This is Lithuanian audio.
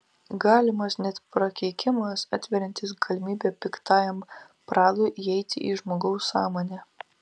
galimas net prakeikimas atveriantis galimybę piktajam pradui įeiti į žmogaus sąmonę